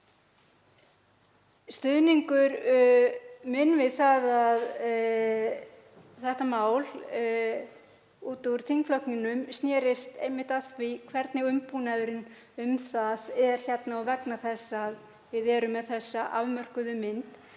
Stuðningur minn við þetta mál út úr þingflokki mínum sneri einmitt að því hvernig umbúnaðurinn um það er og vegna þess að við erum með þessa afmörkuðu mynd.